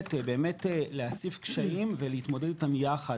ויכולת להציף קשיים ולהתמודד איתן יחד,